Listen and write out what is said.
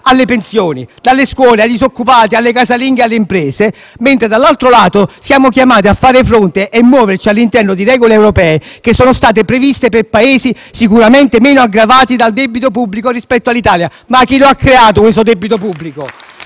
alle pensioni, dalle scuole ai disoccupati, alle casalinghe e alle imprese, mentre - dall'altro lato - siamo chiamati a fare fronte e a muoverci all'interno di regole europee che sono state previste per Paesi sicuramente meno gravati dal debito pubblico rispetto all'Italia. Ma chi lo ha creato questo debito pubblico?